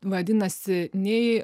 vadinasi nei